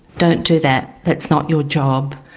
don't do that. that's not your job.